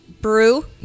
brew